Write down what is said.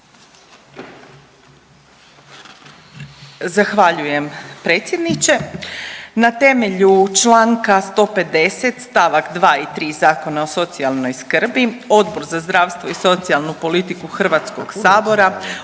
Zahvaljujem predsjedniče. Na temelju Članka 150. stavak 2. i 3. Zakona o socijalnoj skrbi Odbor za zdravstvo i socijalnu politiku Hrvatskog sabora